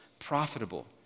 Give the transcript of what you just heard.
profitable